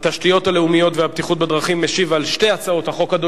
התשתיות הלאומיות והבטיחות בדרכים משיב על שתי הצעות החוק,